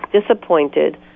disappointed